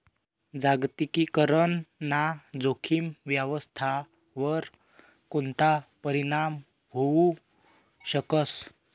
जागतिकीकरण ना जोखीम व्यवस्थावर कोणता परीणाम व्हवू शकस